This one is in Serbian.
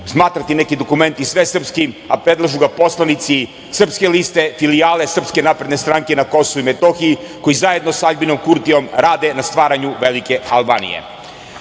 smatrati neki dokumenti svesrpskim, a predlažu ga poslanici Srpske liste filijale SNS na Kosovu i Metohiji koji zajedno sa Aljbinom Kurtijem rade na stvaranju velike Albanije. Kako